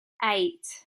eight